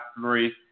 three